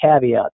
caveat